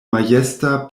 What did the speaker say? majesta